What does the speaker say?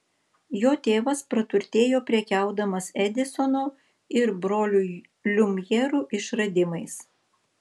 jo tėvas praturtėjo prekiaudamas edisono ir brolių liumjerų išradimais